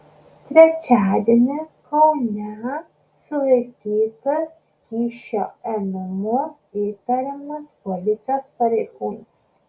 trečiadienį kaune sulaikytas kyšio ėmimu įtariamas policijos pareigūnas